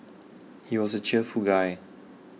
he was a cheerful guy